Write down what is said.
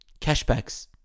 Cashbacks